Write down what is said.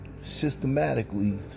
systematically